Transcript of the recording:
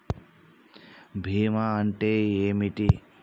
బీమా అంటే ఏమిటి?